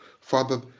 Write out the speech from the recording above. Father